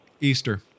Easter